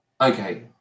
Okay